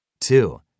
Two